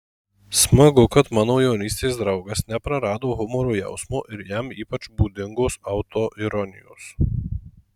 smagu kad mano jaunystės draugas neprarado humoro jausmo ir jam ypač būdingos autoironijos